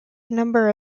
number